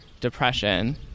depression